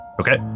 Okay